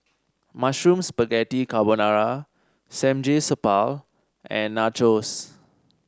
Mushroom Spaghetti Carbonara Samgyeopsal and Nachos